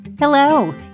Hello